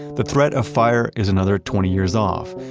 the threat of fire is another twenty years off.